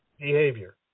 behavior